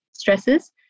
stresses